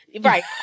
right